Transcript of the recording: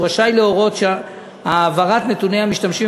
הוא רשאי להורות שהעברת נתוני המשתמשים